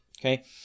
Okay